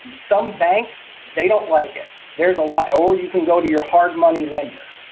some banks they don't like it. there's a lot or you can go to your hard money lender.